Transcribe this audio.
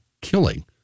killing